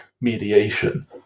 mediation